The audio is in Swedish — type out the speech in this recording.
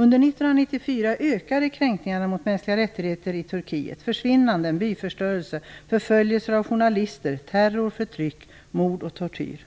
Under 1994 ökade kränkningarna av mänskliga rättigheter i Turkiet. Försvinnanden, byförstörelse, förföljelse av journalister, terror, förtryck, mord och tortyr